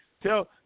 tell